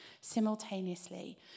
simultaneously